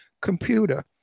computer